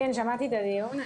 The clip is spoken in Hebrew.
כן, שמעתי את הדיון.